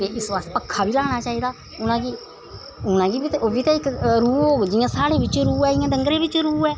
ते इस बास्तै पक्खा बी लाना चाहिदा उनां गी ओह् बी ते इक रूह होंदी जियां साढ़े बिच्च रूह् ऐ इ'यां डंगरें बिच्च रुह् ऐ